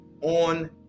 on